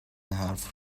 حرف